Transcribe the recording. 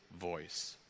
voice